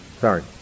sorry